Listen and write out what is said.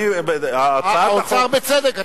אתה בצדק,